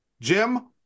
Jim